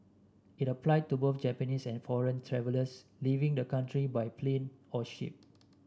it applies to both Japanese and foreign travellers leaving the country by plane or ship